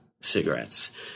cigarettes